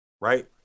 Right